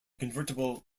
convertible